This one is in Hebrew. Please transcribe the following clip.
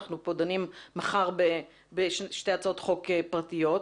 אנחנו דנים פה מחר בשתי הצעות חוק פרטיות,